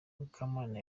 mukamana